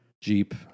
Jeep